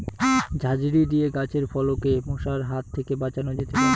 ঝাঁঝরি দিয়ে গাছের ফলকে মশার হাত থেকে বাঁচানো যেতে পারে?